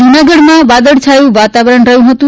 જૂનાગઢમાં વાદળછાયું વાતાવરણ રહ્યું હતું